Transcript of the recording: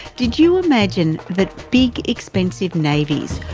did you imagine that big expensive navies,